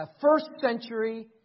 first-century